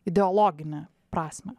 ideologinę prasmę